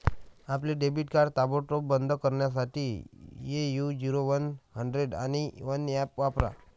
आपले debit card ताबडतोब बंद करण्यासाठी ए.यू झिरो वन हंड्रेड आणि वन ऍप वापरा